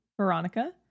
Veronica